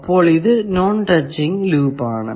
അപ്പോൾ ഇത് ഒരു നോൺ ടച്ചിങ് ലൂപ്പ് ആണ്